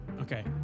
Okay